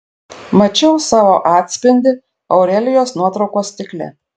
mačiau savo atspindį aurelijos nuotraukos stikle